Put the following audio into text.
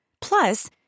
Plus